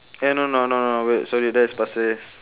eh no no no no wait sorry that's pasir ris